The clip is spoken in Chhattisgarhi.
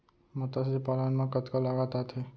मतस्य पालन मा कतका लागत आथे?